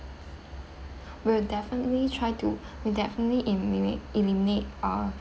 we'll definitely try to we'll definitely eliminate eliminate uh